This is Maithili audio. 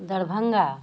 दरभंगा